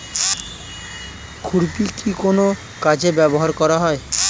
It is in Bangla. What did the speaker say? খুরপি কি কোন কাজে ব্যবহার করা হয়?